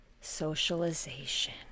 socialization